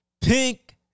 Pink